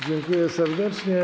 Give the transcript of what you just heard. Dziękuję serdecznie.